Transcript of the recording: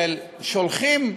שולחים מתמחים,